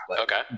Okay